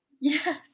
Yes